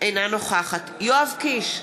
אינה נוכחת יואב קיש,